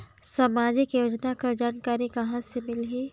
समाजिक योजना कर जानकारी कहाँ से मिलही?